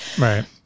Right